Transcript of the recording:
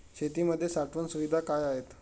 शेतीमध्ये साठवण सुविधा काय आहेत?